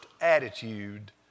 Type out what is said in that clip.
attitude